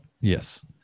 Yes